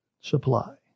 supply